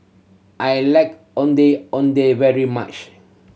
I like Ondeh Ondeh very much